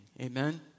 Amen